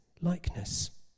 Likeness